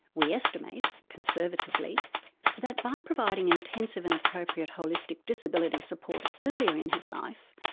we estimate conservatively that by providing intensive and appropriate holistic disability support earlier in his life,